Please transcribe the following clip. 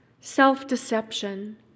self-deception